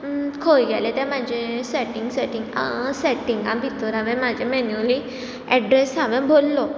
खंय गेलें तें म्हजें आ सेंटिगां भितर हांवें म्हजें मेन्युअल एड्रेस हांवें भरलो